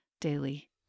daily